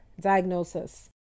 diagnosis